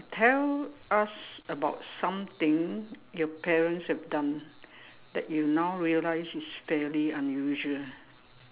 tell us about something your parents have done that you now realize is fairly unusual